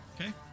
Okay